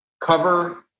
cover